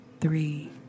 three